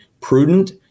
prudent